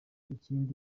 ikindi